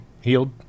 healed